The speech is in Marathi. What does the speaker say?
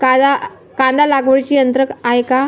कांदा लागवडीचे यंत्र आहे का?